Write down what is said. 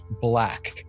black